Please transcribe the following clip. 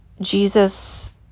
Jesus